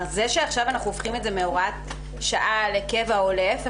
העובדה שעכשיו אנחנו הופכים את זה מהוראת שעה לקבע או להפך,